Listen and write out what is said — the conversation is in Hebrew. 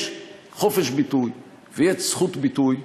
יש חופש ביטוי ויש זכות ביטוי,